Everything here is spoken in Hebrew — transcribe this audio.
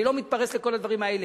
אני לא מתפרס לכל הדברים האלה.